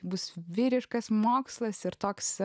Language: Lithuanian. bus vyriškas mokslas ir toks